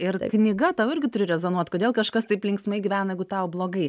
ir knyga tau irgi turi rezonuot kodėl kažkas taip linksmai gyvena jeigu tau blogai